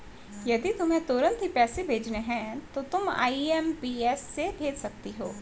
यदि तुम्हें तुरंत ही पैसे भेजने हैं तो तुम आई.एम.पी.एस से भेज सकती हो